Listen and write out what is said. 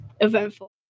eventful